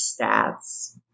stats